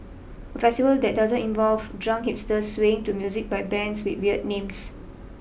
a festival that doesn't involve drunk hipsters swaying to music by bands with weird names